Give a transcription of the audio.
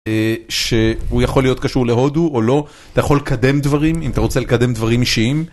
שהוא יכול להיות קשור להודו או לא, אתה יכול לקדם דברים אם אתה רוצה לקדם דברים אישיים.